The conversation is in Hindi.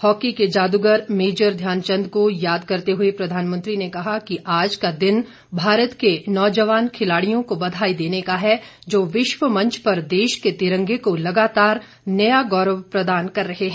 हॉकी के जादूगर मेजर ध्यानचन्द को याद करते हुए प्रधानमंत्री ने कहा कि आज का दिन भारत के नौजवान खिलाड़ियों को बधाई देने का है जो विश्व मंच पर देश के तिरंगे को लगातार नया गौरव प्रदान कर रहे हैं